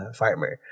farmer